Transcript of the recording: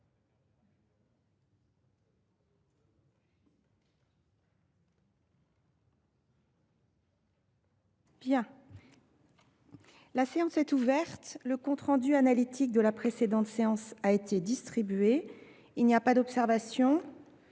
La séance est ouverte. Le compte rendu analytique de la précédente séance a été distribué. Il n’y a pas d’observation ?…